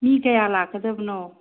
ꯃꯤ ꯀꯌꯥ ꯂꯥꯛꯀꯗꯕꯅꯣ